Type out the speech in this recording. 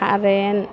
current